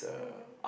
mm